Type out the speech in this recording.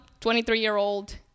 23-year-old